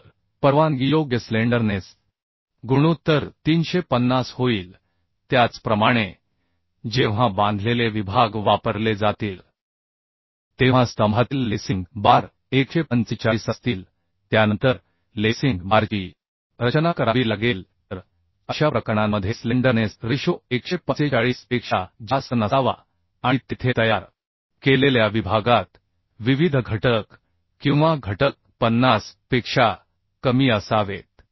तर परवानगीयोग्य स्लेंडरनेस गुणोत्तर 350 होईल त्याचप्रमाणे जेव्हा बांधलेले विभाग वापरले जातील तेव्हा स्तंभातील लेसिंग बार 145 असतील त्यानंतर लेसिंग बारची रचना करावी लागेल तर अशा प्रकरणांमध्ये स्लेंडरनेस रेशो 145 पेक्षा जास्त नसावा आणि तेथे तयार केलेल्या विभागात विविध घटक किंवा घटक 50 पेक्षा कमी असावेत